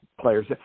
players